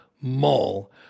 mall